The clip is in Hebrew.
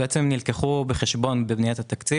5 מיליון זה לתקורות תשלומים שאנחנו משלמים בפועל,